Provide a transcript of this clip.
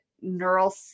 neural